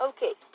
Okay